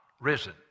risen